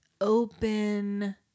open